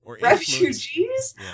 refugees